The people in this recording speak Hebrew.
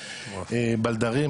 בלדרים,